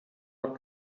rod